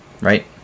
right